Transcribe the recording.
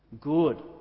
good